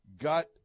got